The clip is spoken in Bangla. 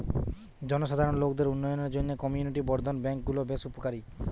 জনসাধারণ লোকদের উন্নয়নের জন্যে কমিউনিটি বর্ধন ব্যাংক গুলো বেশ উপকারী